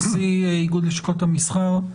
נשיא איגוד לשכות המסחר,